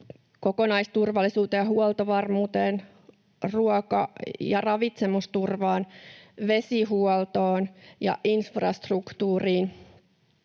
kokonaisturvallisuuteen ja huoltovarmuuteen, ruoka- ja ravitsemusturvaan, vesihuoltoon ja infrastruktuuriin.